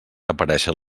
aparèixer